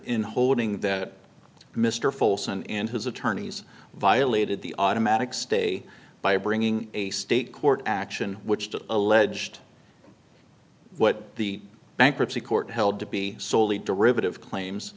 in holding that mr folson in his attorney's violated the automatic stay by bringing a state court action which to alleged what the bankruptcy court held to be solely derivative claims